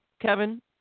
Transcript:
Kevin